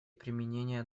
применения